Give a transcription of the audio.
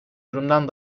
durumdan